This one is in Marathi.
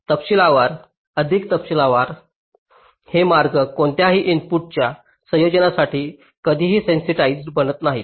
तपशीलवार अधिक तपशीलवार हे मार्ग कोणत्याही इनपुटच्या संयोजनासाठी कधीही सेन्सिटीझेड बनत नाहीत